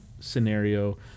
scenario